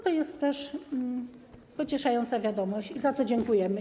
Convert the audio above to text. To jest też pocieszająca wiadomość i za to dziękujemy.